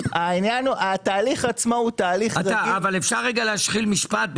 התהליך עצמו הוא תהליך רגיל --- אפשר להשחיל משפט,